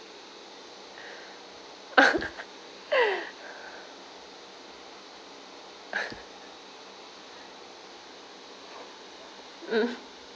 mm